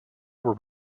were